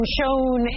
shown